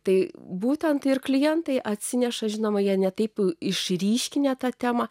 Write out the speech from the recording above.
tai būtent ir klientai atsineša žinoma jei ne taip išryškinę tą temą